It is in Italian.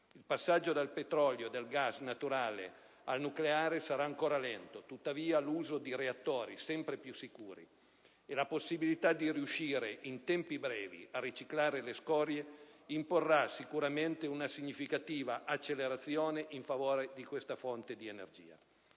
Il passaggio dal petrolio e dal gas naturale al nucleare sarà ancora lento, tuttavia l'uso di reattori sempre più sicuri e la possibilità di riuscire in tempi brevi a riciclare le scorie imporrà sicuramente una significativa accelerazione in favore di questa fonte di energia.